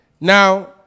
Now